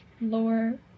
lower